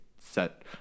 set